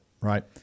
Right